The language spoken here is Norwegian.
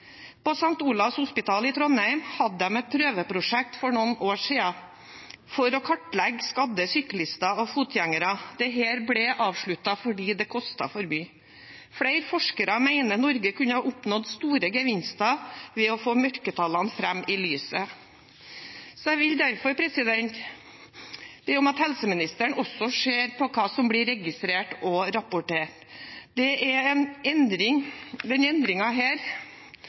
På St. Olavs hospital i Trondheim hadde de et prøveprosjekt for noen år siden for å kartlegge skadde syklister og fotgjengere. Dette ble avsluttet fordi det kostet for mye. Flere forskere mener Norge kunne ha oppnådd store gevinster ved å få mørketallene fram i lyset. Jeg vil derfor be om at helseministeren også ser på hva som blir registrert og rapportert. Denne endringen koster helsevesenet en